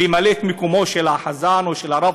למלא את מקומו של החזן או של הרב,